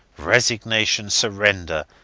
resignation, surrender,